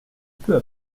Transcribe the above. peut